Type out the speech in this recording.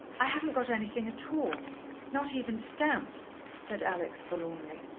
i haven't got anything at all not even stamps, said alex forlornly.